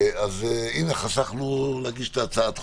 הנה, חסכנו להגיש הצעת חוק.